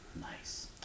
Nice